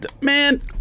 man